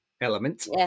element